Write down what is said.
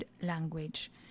language